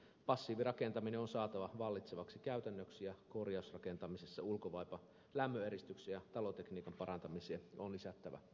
passiivirakentaminen on saatava vallitsevaksi käytännöksi ja korjausrakentamisessa ulkovaipan lämmöneristyksen ja talotekniikan parantamiseen on lisättävä tukea